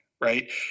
right